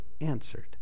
answered